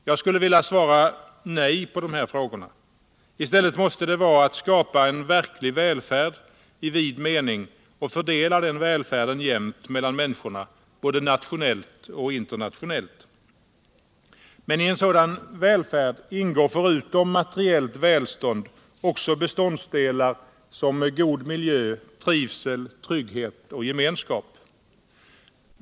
Jag skulle vilja svara nej på de här frågorna. I stället måste det vara att skapa en verklig välfärd i vid mening och fördela den välfärden jämnt mellan människorna både nationellt och internationellt. Men i en sådan välfärd ingår förutom materiellt välstånd också beståndsdelar som god miljö, trivsel. trygghet och gemenskap.